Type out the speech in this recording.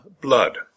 blood